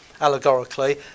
allegorically